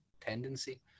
tendency